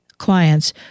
clients